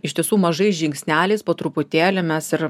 iš tiesų mažais žingsneliais po truputėlį mes ir